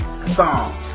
song